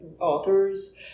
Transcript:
authors